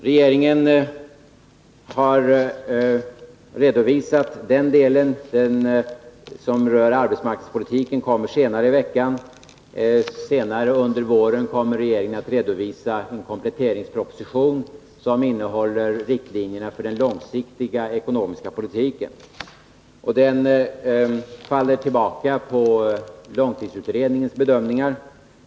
Regeringen har alltså redovisat den industripolitiska delen, och den del som rör arbetsmarknadspolitiken kommer att redovisas senare i veckan. Senare under våren kommer regeringen att lägga fram en kompletteringsproposition som innehåller riktlinjerna för den långsiktiga ekonomiska politiken. Den propositionen faller tillbaka på långtidsutredningens bedömningar.